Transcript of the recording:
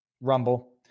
rumble